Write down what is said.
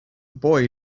boy